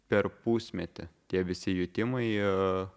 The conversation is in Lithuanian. per pusmetį tie visi jutimai ir